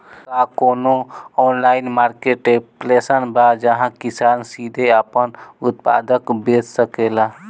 का कोनो online marketplace बा जहां किसान सीधे अपन उत्पाद बेच सकता?